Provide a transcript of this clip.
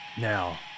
now